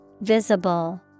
Visible